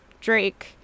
Drake